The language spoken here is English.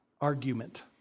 argument